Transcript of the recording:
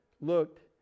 looked